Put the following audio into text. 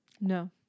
No